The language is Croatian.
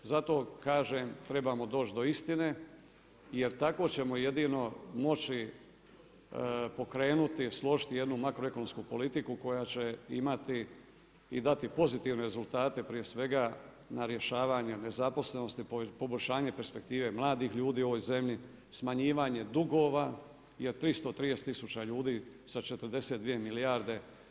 Zato kažem trebamo doći do istine, jer tako ćemo jedino moći pokrenuti, složiti jednu makroekonomsku politiku koja će imati i dati pozitivne rezultate, prije svega, na rješavanje nezaposlenosti, poboljšanje perspektive mladih ljudi u ovoj zemlji, smanjivanje dugova, i od 330 tisuća ljudi sa 42 milijarde.